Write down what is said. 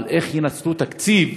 אבל איך ינצלו את התקציב